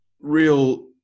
real